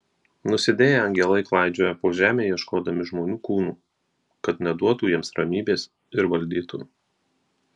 nusidėję angelai klaidžioja po žemę ieškodami žmonių kūnų kad neduotų jiems ramybės ir valdytų